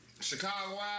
Chicago